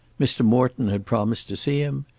mr. morton had promised to see him,